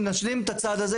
אם נשלים את הצעד הזה,